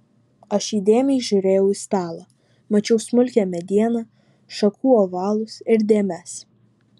aš įdėmiai žiūrėjau į stalą mačiau smulkią medieną šakų ovalus ir dėmes